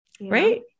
Right